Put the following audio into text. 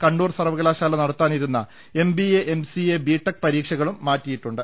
കണ്ണൂർ സർവ്വകലാശാ ല നടത്താനിരുന്ന M B A M CA B tech പരീക്ഷകളും മാറ്റിയിട്ടുണ്ട്